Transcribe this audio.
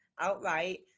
outright